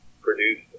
produced